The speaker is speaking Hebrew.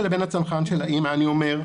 האמא אני אומר,